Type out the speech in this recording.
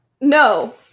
no